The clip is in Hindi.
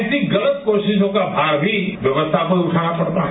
ऐसी गलत कोशिशों का भार भी अभी व्यवस्था को उठाना पड़ता है